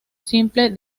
simple